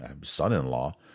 son-in-law